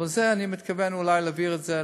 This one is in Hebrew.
אבל אני מתכוון אולי להעביר את זה